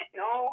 no